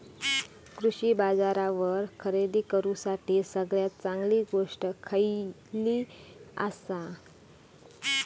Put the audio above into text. कृषी बाजारावर खरेदी करूसाठी सगळ्यात चांगली गोष्ट खैयली आसा?